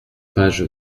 page